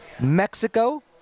Mexico